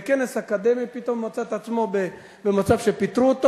בכנס אקדמי פתאום הוא מצא את עצמו במצב שפיטרו אותו